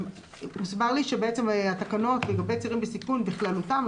הוסבר לי שהתקנות לגבי צעירים בסיכון בכללותן,